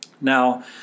Now